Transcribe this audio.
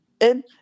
And-